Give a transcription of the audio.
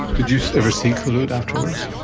did you so ever see khulod afterwards?